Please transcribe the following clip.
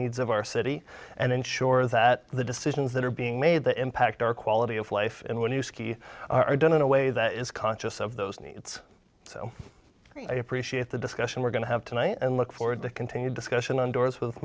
needs our city and ensure that the decisions that are being made that impact our quality of life and when you ski are done in a way that is conscious of those needs so i appreciate the discussion we're going to have tonight and look forward to continued discussion on doors with